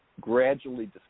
gradually